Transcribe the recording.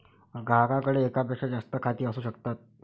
ग्राहकाकडे एकापेक्षा जास्त खाती असू शकतात